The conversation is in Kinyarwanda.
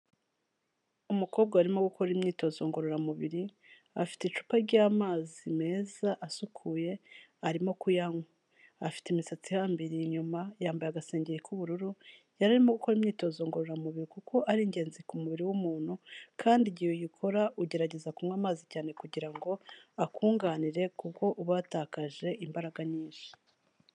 Umukobwa wari urimo gukora imyitozo ngororamubiri, afite icupa ry'amazi meza asukuye arimo kuyanywa, afite imisatsi ihambiriye inyuma, yambaye agasengeri k'ubururu, yari arimo gukora imyitozo ngororamubiri kuko ari ingenzi ku mubiri w'umuntu, kandi igihe uyikora ugerageza kunywa amazi cyane, kugira ngo akunganire kuko uba watakaje imbaraga nyinshi.